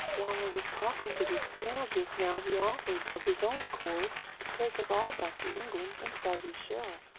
while i was talking to the snail just now he offered, of his own accord, to take us all back to england inside his shell.